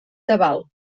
tabal